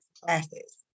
classes